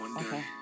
Okay